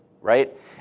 right